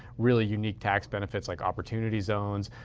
really unique tax benefits like opportunity zones,